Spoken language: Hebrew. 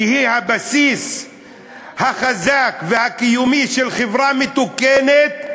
שהיא הבסיס החזק והקיומי של חברה מתוקנת,